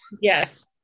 Yes